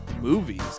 movies